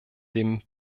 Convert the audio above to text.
dem